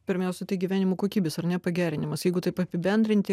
pirmiausia tai gyvenimo kokybės ar ne pagerinimas jeigu taip apibendrinti